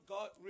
God